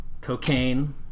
Cocaine